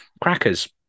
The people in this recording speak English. crackers